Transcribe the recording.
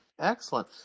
Excellent